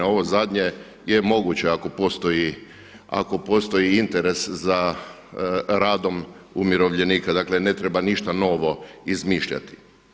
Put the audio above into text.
Ovo zadnje je moguće ako postoji interes za radom umirovljenika, dakle ne treba ništa novo izmišljati.